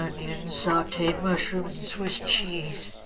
onions, sauteed mushrooms and swiss cheese.